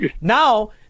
Now